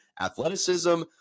athleticism